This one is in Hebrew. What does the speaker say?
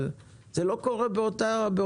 אבל זה לא קורה באותו,